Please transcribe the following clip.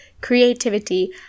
creativity